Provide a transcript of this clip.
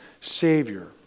Savior